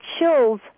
chills